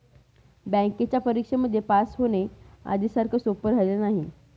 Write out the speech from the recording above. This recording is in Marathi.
बँकेच्या परीक्षेमध्ये पास होण, आधी सारखं सोपं राहिलेलं नाही